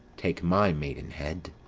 take my maidenhead!